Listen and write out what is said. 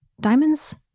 diamonds